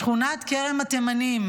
שכונת כרם התימנים,